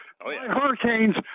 Hurricanes